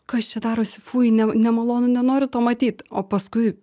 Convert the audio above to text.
kas čia darosi fui nemalonu nenoriu to matyt o paskui